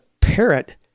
parrot